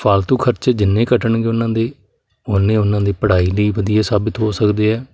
ਫਾਲਤੂ ਖਰਚੇ ਜਿੰਨੇ ਘਟਣਗੇ ਉਹਨਾਂ ਦੇ ਉੰਨੇ ਉਹਨਾਂ ਦੀ ਪੜ੍ਹਾਈ ਲਈ ਵਧੀਆ ਸਾਬਿਤ ਹੋ ਸਕਦੇ ਆ